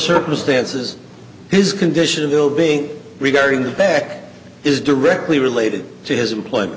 circumstances his condition of ill being regarding the back is directly related to his employment